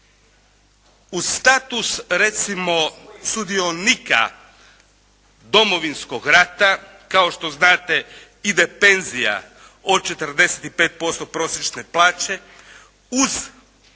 Uz status recimo sudionika Domovinskog rata kao što znate ide penzija od 45% prosječne plaće uz